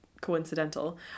coincidental